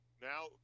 now